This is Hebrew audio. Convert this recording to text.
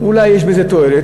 שאולי יש בו תועלת,